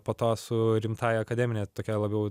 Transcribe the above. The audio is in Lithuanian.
po to su rimtąja akademine tokia labiau